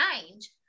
change